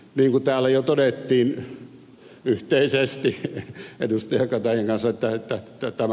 niin kuin täällä jo todettiin yhteisesti ed